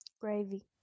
Gravy